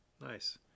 nice